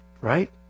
Right